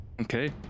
okay